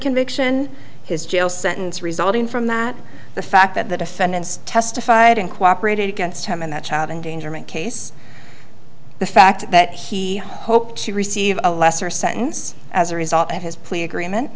conviction his jail sentence resulting from that the fact that the defendants testified and cooperated against him in that child endangerment case the fact that he hoped to receive a lesser sentence as a result of his plea agreement